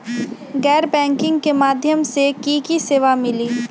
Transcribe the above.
गैर बैंकिंग के माध्यम से की की सेवा मिली?